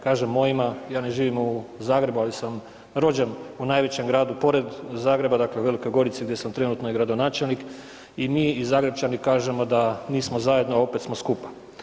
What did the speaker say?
Kažem mojima, ja ne živim u Zagrebu, ali sam rođen u najvećem gradu pored Zagreba dakle Velikoj Gorici gdje sam trenutno i gradonačelnik i mi i Zagrepčani kažemo da nismo zajedno, a opet smo skupa.